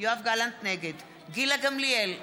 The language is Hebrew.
גילה גמליאל,